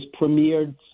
premiered